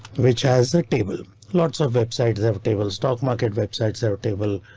which has the table. lots of websites have table stock market websites that are table.